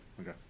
Okay